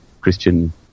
Christian